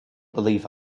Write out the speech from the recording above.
believe